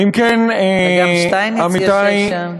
וגם שטייניץ יושב שם.